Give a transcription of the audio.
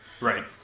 Right